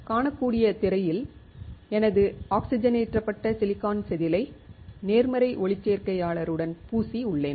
நீங்கள் காணக்கூடிய திரையில் எனது ஆக்ஸிஜனேற்றப்பட்ட சிலிகான் செதிலை நேர்மறை ஒளிச்சேர்க்கையாளருடன் பூசி உள்ளேன்